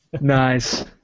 Nice